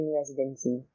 residency